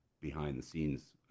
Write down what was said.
behind-the-scenes